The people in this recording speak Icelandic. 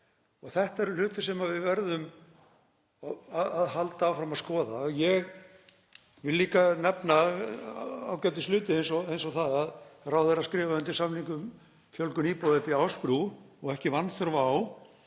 af. Þetta eru hlutir sem við verðum að halda áfram að skoða. Ég vil líka nefna ágætishluti eins og það að ráðherra skrifaði undir samning um fjölgun íbúða uppi í Ásbrú og ekki vanþörf á